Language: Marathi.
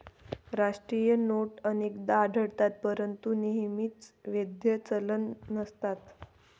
राष्ट्रीय नोट अनेकदा आढळतात परंतु नेहमीच वैध चलन नसतात